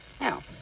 now